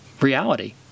Reality